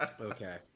okay